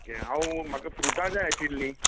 okay हांव म्हाका फ्रुटां जाय आशिल्लीं